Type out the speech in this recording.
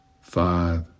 five